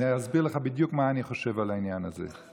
אני אסביר לך בדיוק מה אני חושב על העניין הזה.